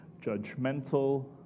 judgmental